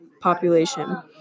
population